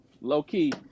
low-key